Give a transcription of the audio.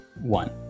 one